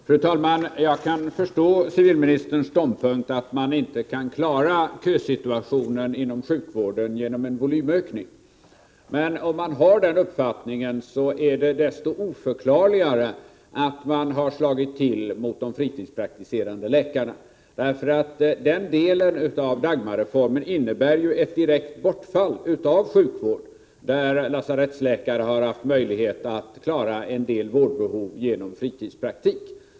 Fru talman! Jag kan förstå civilministerns ståndpunkt att man inte kan klara kösituationen inom sjukvården genom en volymökning. Men om man har den uppfattningen är det desto mer oförklarligt att man har slagit till mot de fritidspraktiserande läkarna. Den delen av Dagmarreformen innebär ju ett direkt bortfall av sjukvård. Hittills har lasarettsläkare haft möjlighet att tillgodose en del vårdbehov genom fritidspraktik.